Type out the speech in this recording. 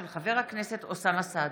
תודה.